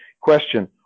Question